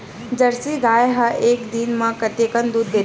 Jersey गाय ह एक दिन म कतेकन दूध देथे?